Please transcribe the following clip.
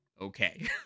okay